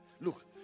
look